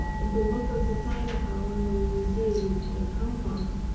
and so most of the time when we will deal with compounds.